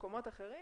במקומות אחרים,